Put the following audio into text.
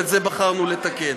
ואת זה בחרנו לתקן.